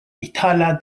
itala